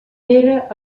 era